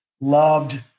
loved